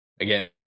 again